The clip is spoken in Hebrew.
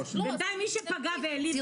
חברת הכנסת קטי שטרית,